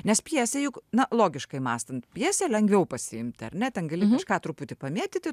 nes pjesė juk na logiškai mąstant pjesę lengviau pasiimti ar net galima kažką truputį pamėtyti